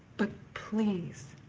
but please,